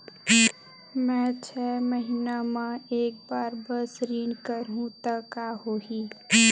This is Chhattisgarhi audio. मैं छै महीना म एक बार बस ऋण करहु त का होही?